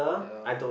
ya